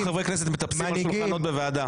חברי כנסת מטפסים על שולחנות בוועדה.